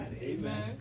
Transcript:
Amen